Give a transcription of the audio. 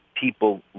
people